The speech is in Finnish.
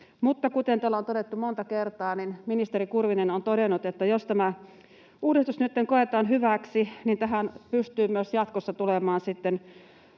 Mutta kuten täällä on todettu monta kertaa, ministeri Kurvinen on todennut, että jos tämä uudistus nytten koetaan hyväksi, niin tähän pystyy myös jatkossa tulemaan sitten